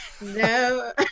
no